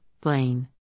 Blaine